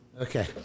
Okay